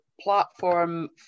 platform